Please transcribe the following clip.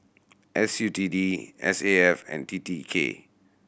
S U T D S A F and T T K